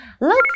Look